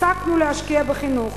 הפסקנו להשקיע בחינוך